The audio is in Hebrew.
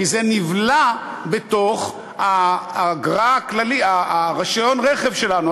כי זה נבלע בתוך האגרה של רישיון הרכב שלנו,